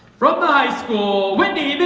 from high school